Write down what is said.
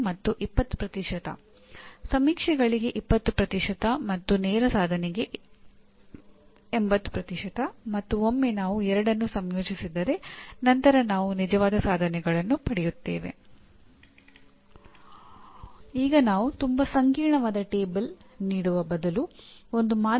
ಅದೇನೆಂದರೆ ಉತ್ತಮ ಶಿಕ್ಷಣ ವ್ಯವಸ್ಥೆಗೆ ಉತ್ತಮ ಆಡಳಿತ ಮತ್ತು ಸರಿಯಾದ ರೀತಿಯ ಆರ್ಥಿಕ ಸಂಪನ್ಮೂಲಗಳು ಬೇಕಾಗುತ್ತವೆ ಮತ್ತು ಅದು 120 ಅಂಕಗಳನ್ನು ಹೊಂದಿರುತ್ತದೆ